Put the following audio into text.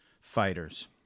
fighters